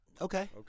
Okay